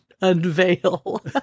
unveil